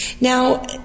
Now